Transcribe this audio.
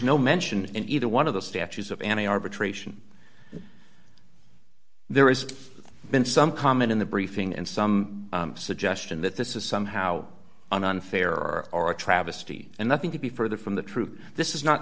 no mention in either one of the statues of an arbitration there is been some comment in the briefing and some suggestion that this is somehow an unfair or or a travesty and nothing could be further from the truth this is not